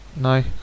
No